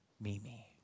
Mimi